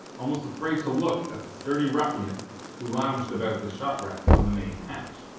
almost afraid to look at the sturdy ruffians who lounged about the shot-rack on the main hatch.